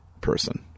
person